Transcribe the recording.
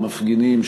המפגינים,